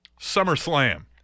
SummerSlam